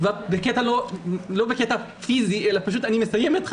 לא בקטע פיזי אלא פשוט אני מסיים את חיי.